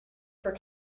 for